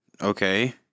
Okay